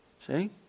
See